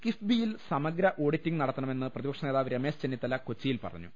കിഫ്ബിയിൽ സമഗ്ര ഓഡിറ്റിങ് നടത്തണമെന്ന് പ്രതിപക്ഷ നേതാവ് രമേശ് ചെന്നിത്തല കൊച്ചിയിൽ പറഞ്ഞു